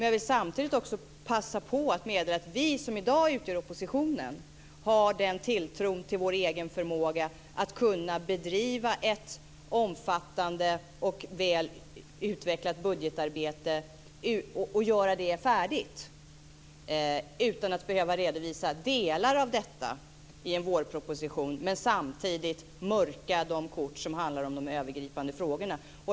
Jag vill samtidigt passa på att meddela att vi som i dag utgör oppositionen har tilltro till vår egen förmåga att bedriva ett omfattande och väl utvecklat budgetarbete och göra det färdigt utan att behöva redovisa delar av arbetet i en vårproposition och samtidigt mörka de kort som handlar om de övergripande frågorna.